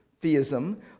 theism